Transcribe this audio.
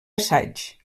assaigs